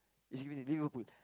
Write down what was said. it's Liverpool